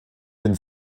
den